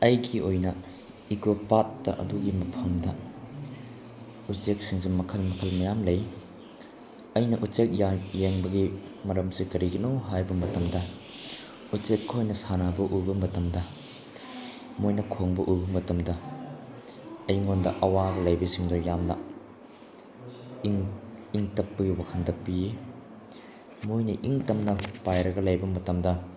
ꯑꯩꯒꯤ ꯑꯣꯏꯅ ꯏꯀꯣ ꯄꯥꯛꯇ ꯑꯗꯨꯒꯤ ꯃꯐꯝꯗ ꯎꯆꯦꯛꯁꯤꯡꯁꯦ ꯃꯈꯜ ꯃꯈꯜ ꯃꯌꯥꯝ ꯂꯩ ꯑꯩꯅ ꯎꯆꯦꯛ ꯌꯦꯡꯕꯒꯤ ꯃꯔꯝꯁꯦ ꯀꯔꯤꯒꯤꯅꯣ ꯍꯥꯏꯕ ꯃꯇꯝꯗ ꯎꯆꯦꯛ ꯈꯣꯏꯅ ꯁꯥꯟꯅꯕ ꯎꯕ ꯃꯇꯝꯗ ꯃꯣꯏꯅ ꯈꯣꯡꯕ ꯎꯕ ꯃꯇꯝꯗ ꯑꯩꯉꯣꯟꯗ ꯑꯋꯥꯕ ꯂꯩꯕꯁꯤꯡꯗꯣ ꯌꯥꯝꯅ ꯏꯪ ꯏꯪ ꯇꯞꯄꯒꯤ ꯋꯥꯈꯜꯗ ꯄꯤ ꯃꯣꯏꯟ ꯏꯪ ꯇꯞꯅ ꯄꯥꯏꯔꯒ ꯂꯩꯕ ꯃꯇꯝꯗ